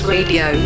Radio